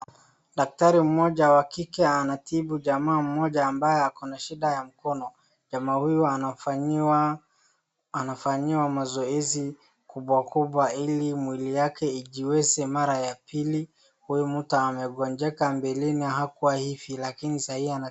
Daktari mmoja wa kike anatibu jamaaa mmoja ambaye ako na shida ya mkono. Jamaa huyu anafanyiwa mazoezi kubwa kubwa ili mwili yake ijiweze mara ya pili. Huyu mtu amegonjeka mbeleni hakuwa hivi lakini sahii ana.